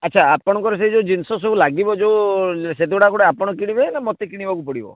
ଆଚ୍ଛା ଆପଣଙ୍କର ସେ ଯୋଉ ଜିନିଷ ସବୁ ଲାଗିବ ଯୋଉ ସେଗୁଡ଼ା କ'ଣ ଆପଣ କିଣିବେ ନା ମୋତେ କିଣିବାକୁ ପଡ଼ିବ